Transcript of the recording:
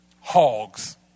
hogs